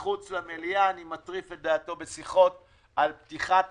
מחוץ למליאה אני מטריף את דעתו בשיחות על פתיחת השמים.